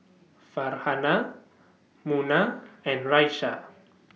Farhanah Munah and Raisya